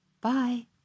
Bye